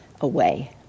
away